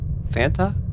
Santa